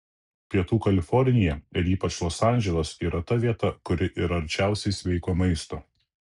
pietų kalifornija ir ypač los andželas yra ta vieta kuri yra arčiausiai sveiko maisto